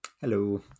Hello